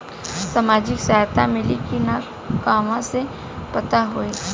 सामाजिक सहायता मिली कि ना कहवा से पता होयी?